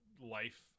life